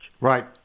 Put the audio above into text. right